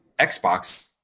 Xbox